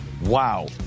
Wow